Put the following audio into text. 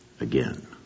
Again